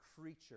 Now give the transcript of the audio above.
creature